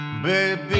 Baby